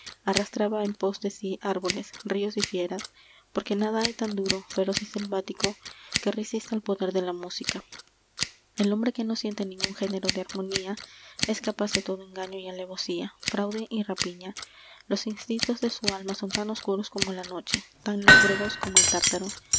arrastraba en pos de sí árboles rios y fieras porque nada hay tan duro feroz y selvático que resista al poder de la música el hombre que no siente ningun género de armonía es capaz de todo engaño y alevosía fraude y rapiña los instintos de su alma son tan oscuros como la noche tan lóbregos como el tártaro